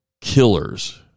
killers